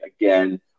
Again